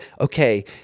okay